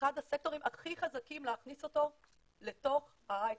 כאחד הסקטורים הכי חזקים להכניס אותו לתוך ההייטק.